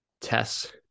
tests